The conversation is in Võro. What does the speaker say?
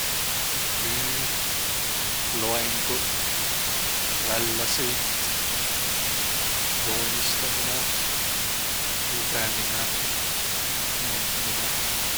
Tüü, loenguq, välläsõit, joonistaminõ, lugõminõ, mängmine.